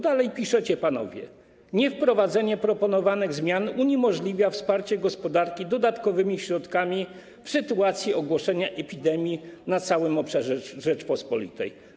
Dalej piszecie panowie: niewprowadzenie proponowanych zmian uniemożliwia wsparcie gospodarki dodatkowymi środkami w sytuacji ogłoszenia epidemii na całym obszarze Rzeczypospolitej.